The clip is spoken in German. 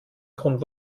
grund